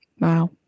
Wow